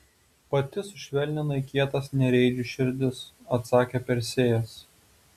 pati sušvelninai kietas nereidžių širdis atsakė persėjas